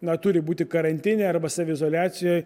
na turi būti karantine arba saviizoliacijoj